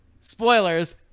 Spoilers